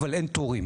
אבל אין תורים.